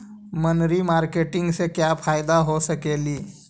मनरी मारकेटिग से क्या फायदा हो सकेली?